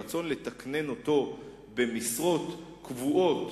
הרצון לתקנן אותו במשרות קבועות,